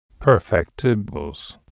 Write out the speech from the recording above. perfectibles